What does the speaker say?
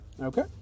Okay